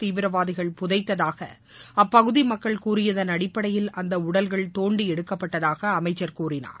தீவிரவாதிகள் புதைத்ததாக அப்பகுதி மக்கள் கூறியதன் அடிப்படையில் அந்த உடல்கள் தோண்டி எடுக்கப்பட்டதாக அமைச்சர் கூறினார்